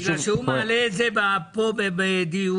כשהוא מעלה את זה פה לדיון,